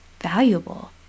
valuable